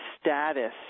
status